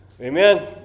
Amen